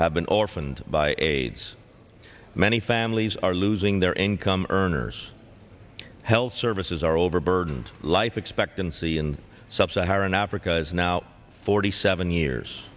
have been orphaned by aids many families are losing their income earners health services are overburdened life expectancy in sub saharan africa is now forty seven years